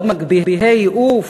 מאוד מגביהי עוף,